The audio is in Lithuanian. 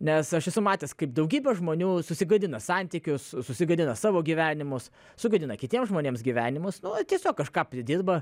nes aš esu matęs kaip daugybė žmonių susigadina santykius susigadina savo gyvenimus sugadina kitiems žmonėms gyvenimus nu tiesiog kažką pridirba